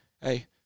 hey